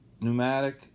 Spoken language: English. pneumatic